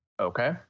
okay